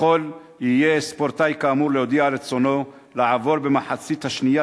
יוכל ספורטאי כאמור להודיע על רצונו לעבור במחצית השנייה